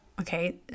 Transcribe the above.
Okay